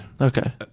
Okay